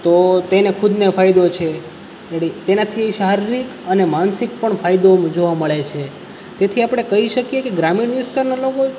તો તેને ખુદને ફાયદો છે તેનાથી શારીરિક અને માનસિક પણ ફાયદો જોવા મળે છે તેથી આપણે કહી શકીએ કે ગ્રામીણ વિસ્તારનાં લોકો